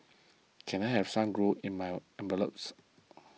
can I have some glue in my envelopes